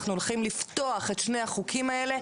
אנחנו הולכים לפתוח את שני החוקים האלה,